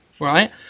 right